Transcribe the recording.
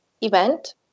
event